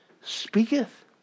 speaketh